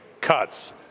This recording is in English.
cuts